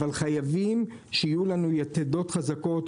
אבל חייבים שיהיו לנו יתדות חזקות,